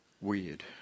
weird